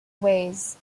ways